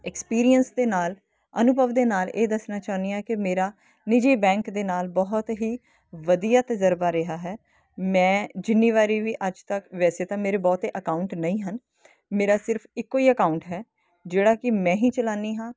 experience ਦੇ ਨਾਲ ਅਨੁਭਵ ਦੇ ਨਾਲ ਇਹ ਦੱਸਣਾ ਚਾਹੁੰਦੀ ਹਾਂ ਕਿ ਮੇਰਾ ਨਿਜੀ ਬੈਂਕ ਦੇ ਨਾਲ ਬਹੁਤ ਹੀ ਵਧੀਆ ਤਜ਼ਰਬਾ ਰਿਹਾ ਹੈ ਮੈਂ ਜਿੰਨੀ ਵਾਰ ਵੀ ਅੱਜ ਤੱਕ ਵੈਸੇ ਤਾਂ ਮੇਰੇ ਬਹੁਤੇ ਅਕਾਊਂਟ ਨਹੀਂ ਹਨ ਮੇਰਾ ਸਿਰਫ਼ ਇੱਕੋ ਹੀ ਅਕਾਊਂਟ ਹੈ ਜਿਹੜਾ ਕਿ ਮੈਂ ਹੀ ਚਲਾਉਂਦੀ ਹਾਂ